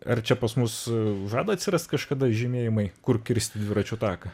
ar čia pas mus žada atsirast kažkada žymėjimai kur kirsti dviračių taką